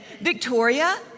Victoria